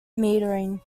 metering